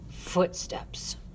Footsteps